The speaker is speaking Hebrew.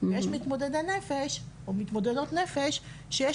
ויש מתמודדי נפש או מתמודדות נפש שיש